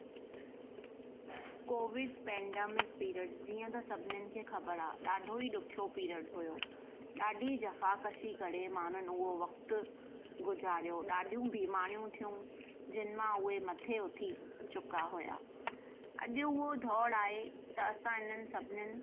Covid pandemic period जीअं त सभिनिन खे ख़बरु आहे ॾाढो ई ॾुखियो पीरियड हुओ ॾाढी जफ़ाकशी करे माण्हुनि उहो वक़्तु गुज़ारियो ॾाढियूं बीमारियूं थियूं जिन मां उहे मथे उथी चुका हुआ अॼु उहो दौरु आहे त असां इन्हनि सभिनिन